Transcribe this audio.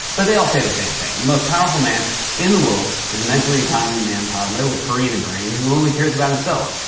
but they all say the same thing, the most powerful man in the world is a mentally incontinent man-toddler with farina brain who only cares about himself.